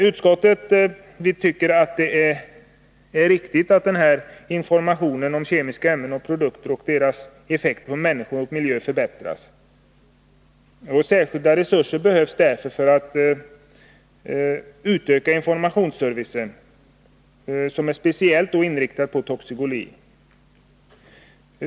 Utskottsmajoriteten tycker att det är viktigt att informationen om kemiska ämnen och produkter och deras effekter på människor och miljö förbättras. Därvidlag behövs särskilda resurser för att man skall kunna få till stånd en utökning av informationsservicen med inriktning på toxikologi.